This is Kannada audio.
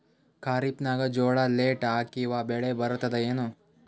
ಖರೀಫ್ ನಾಗ ಜೋಳ ಲೇಟ್ ಹಾಕಿವ ಬೆಳೆ ಬರತದ ಏನು?